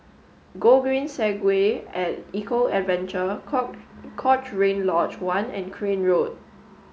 Gogreen Segway at Eco Adventure Cochrane Lodge One and Crane Road